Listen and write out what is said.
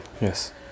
Yes